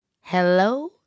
Hello